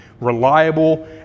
reliable